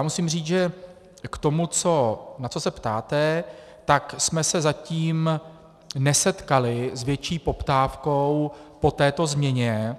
Musím říct, že k tomu, na co se ptáte, jsme se zatím nesetkali s větší poptávkou po této změně.